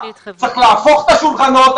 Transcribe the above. צריך להפוך את השולחנות.